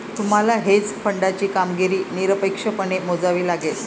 तुम्हाला हेज फंडाची कामगिरी निरपेक्षपणे मोजावी लागेल